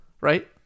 Right